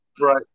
Right